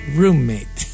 roommate